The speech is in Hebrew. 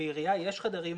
בעירייה יש חדרים